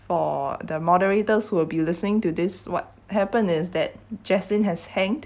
for the moderators who will be listening to this what happened is that jaslyn has hanged